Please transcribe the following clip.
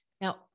Now